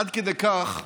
עד כדי כך,